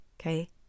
Okay